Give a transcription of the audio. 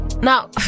Now